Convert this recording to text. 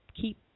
keep